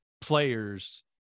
players